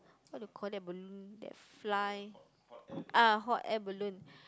what you call that balloon that fly ah hot air balloon